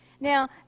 Now